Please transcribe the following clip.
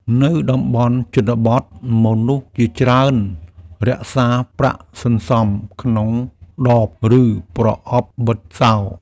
នៅតំបន់ជនបទ មនុស្សជាច្រើនរក្សាប្រាក់សន្សំក្នុងដប ឬប្រអប់បិទសោ។